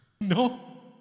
No